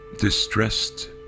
distressed